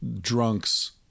drunks